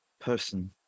person